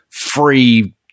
free